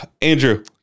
Andrew